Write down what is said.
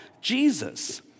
Jesus